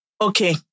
Okay